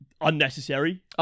unnecessary